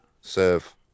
Serve